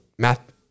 Math